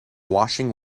washing